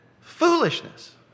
foolishness